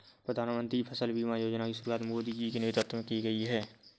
प्रधानमंत्री फसल बीमा योजना की शुरुआत मोदी जी के नेतृत्व में की गई है